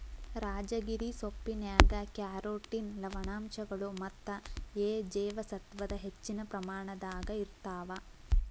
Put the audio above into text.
ರಾಜಗಿರಿ ಸೊಪ್ಪಿನ್ಯಾಗ ಕ್ಯಾರೋಟಿನ್ ಲವಣಾಂಶಗಳು ಮತ್ತ ಎ ಜೇವಸತ್ವದ ಹೆಚ್ಚಿನ ಪ್ರಮಾಣದಾಗ ಇರ್ತಾವ